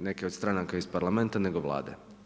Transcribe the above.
neke od stranaka iz Parlamenta, nego Vlade.